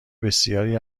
بسیاری